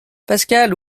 pascal